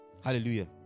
Hallelujah